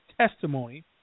testimony